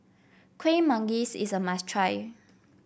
Kueh Manggis is a must try